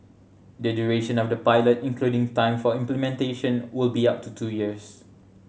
the duration of the pilot including time for implementation will be up to two years